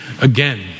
again